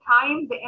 time